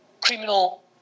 criminal